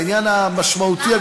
לעניין המשמעותי,